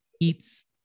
eats